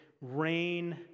rain